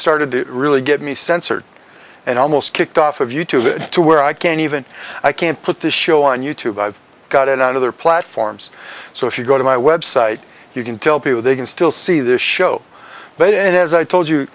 started to really get me censored and almost kicked off of you tube to where i can't even i can't put this show on you tube i've got it on other platforms so if you go to my website you can tell people they can still see the show but as i